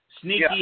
sneaky